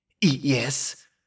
Yes